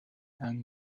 yng